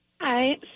Hi